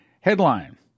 Headline